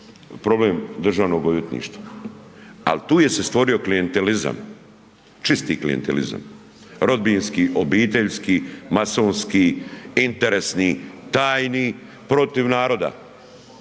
problem državnog odvjetništva. Ali tu je se stvorio klijentelizam, čisti klijentelizam rodbinski, obiteljski, masonski, interesni, tajni protiv naroda